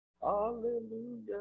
Hallelujah